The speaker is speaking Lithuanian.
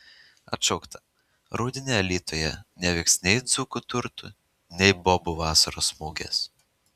atšaukta rudenį alytuje nevyks nei dzūkų turtų nei bobų vasaros mugės